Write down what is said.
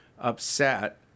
upset